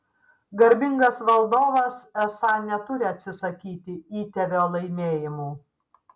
garbingas valdovas esą neturi atsisakyti įtėvio laimėjimų